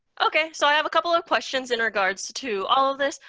okay, so i have a couple of questions in regards to to all of this.